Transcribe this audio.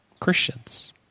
Christians